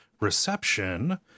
reception